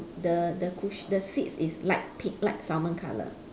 the the cush~ the seats is light pea~ light salmon color